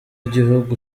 igihugu